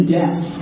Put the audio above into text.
death